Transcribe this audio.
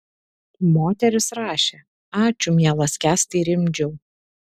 moteris rašė ačiū mielas kęstai rimdžiau